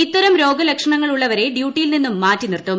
ഇത്തരം രോഗലക്ഷണങ്ങളുള്ളവരെ ഡ്യൂട്ടിയിൽ നിന്നും മാറ്റി നിർത്തും